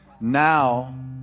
now